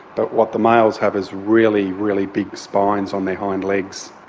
but what the males have is really, really big spines on their hind legs.